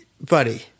buddy